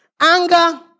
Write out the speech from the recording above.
Anger